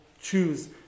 choose